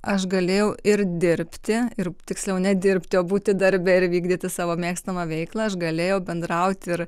aš galėjau ir dirbti ir tiksliau nedirbti o būti darbe ir vykdyti savo mėgstamą veiklą aš galėjau bendraut ir